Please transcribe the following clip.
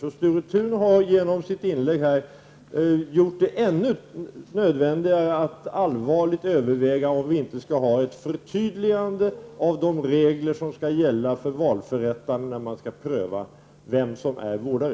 Sture Thun har genom sitt inlägg gjort det ännu mer nödvändigt att vi allvarligt överväger om vi inte skall ha ett förtydligande av de regler som skall gälla för valförrättarna när de skall pröva vem som är vårdare.